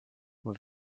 were